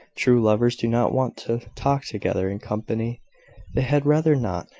true lovers do not want to talk together in company they had rather not.